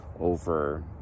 over